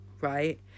right